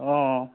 অঁ অঁ